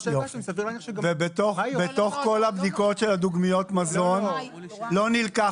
סביר להניח שגם --- בתוך כל בדיקות דוגמיות המזון לא נלקח